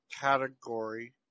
category